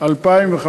2015 ואילך.